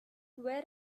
where